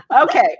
Okay